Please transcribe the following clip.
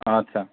আচ্ছা